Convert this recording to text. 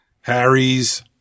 Harry's